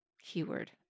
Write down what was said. Keyword